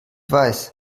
weiß